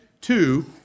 Two